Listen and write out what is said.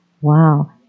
Wow